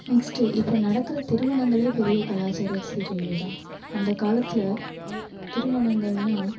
next இப்போ நடக்கிற திருமணங்களே பெரிய கலாச்சார சீரழிவு தான் அந்த காலத்தில் திருமணங்கள்னா